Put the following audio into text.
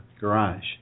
garage